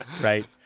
Right